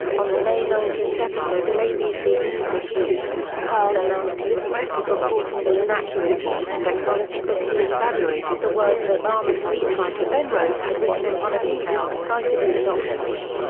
on the may nineteen episode of abc news this week, karl announced he regretted reporting the inaccuracy and acknowledged that he exaggerated the words obama speechwriter ben rhodes had written in one of emails cited in the documents.